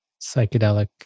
psychedelic